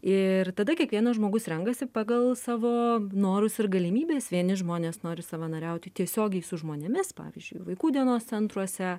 ir tada kiekvienas žmogus renkasi pagal savo norus ir galimybes vieni žmonės nori savanoriauti tiesiogiai su žmonėmis pavyzdžiui vaikų dienos centruose